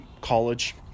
college